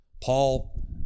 paul